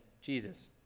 Jesus